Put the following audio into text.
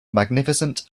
magnificent